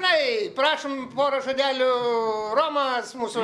tai prašom porą žodelių romas mūsų